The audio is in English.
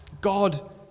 God